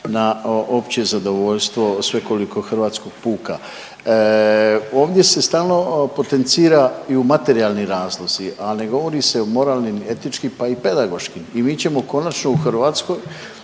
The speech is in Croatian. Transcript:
na opće zadovoljstvo svekolikog hrvatskog puka. Ovdje se stalno potenciraju materijalni razlozi, a ne govori se o moralnim i etičkim, pa i pedagoškim i mi ćemo konačno u Hrvatskoj